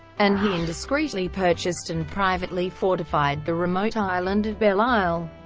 and he indiscreetly purchased and privately fortified the remote island of belle ile.